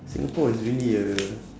singapore is really a